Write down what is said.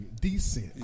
Decent